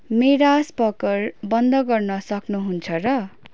मेरा स्पिकर बन्द गर्न सक्नुहुन्छ र